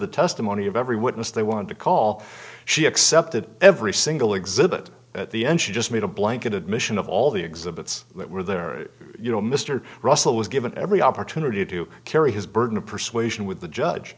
the testimony of every witness they wanted to call she accepted every single exhibit at the end she just made a blanket admission of all the exhibits that were there you know mr russell was given every opportunity to carry his burden of persuasion with the